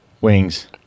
Wings